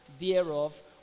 thereof